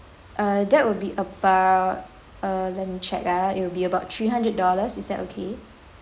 uh that would be about uh let me check ah it will be about three hundred dollars is that okay